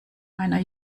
einer